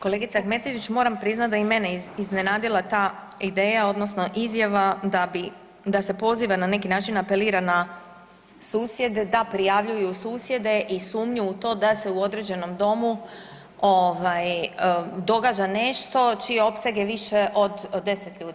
Kolegice Ahmetović moram priznati da je i mene iznenadila ta ideja odnosno izjava da bi, da se poziva na neki način apelira na susjede da prijavljuju susjede i sumnju u to da se u određenom domu ovaj događa nešto čiji opseg je više od 10 ljudi.